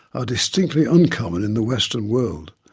are distinctly uncommon in the western world.